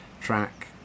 track